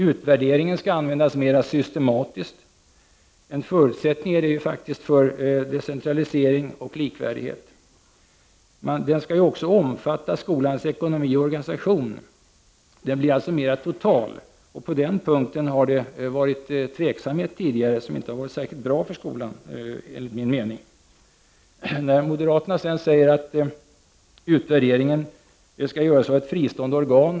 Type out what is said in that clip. Utvärderingen skall användas mer systematiskt. Det är en förutsättning för decentralisering och likvärdighet. Den skall också omfatta skolans ekonomi och organisation. Den blir alltså mer total. På den punkten har det tidigare funnits en tveksamhet, som enligt min mening inte har varit särskilt bra för skolan. Moderaterna säger sedan att utvärdering skall göras av ett fristående organ.